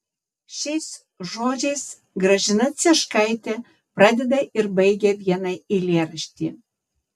šiais žodžiais gražina cieškaitė pradeda ir baigia vieną eilėraštį